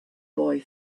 boy